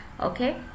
okay